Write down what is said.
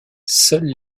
seules